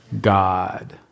God